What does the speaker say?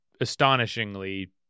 astonishingly